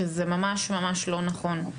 שזה ממש לא נכון.